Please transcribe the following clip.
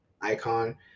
icon